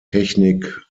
technik